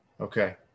Okay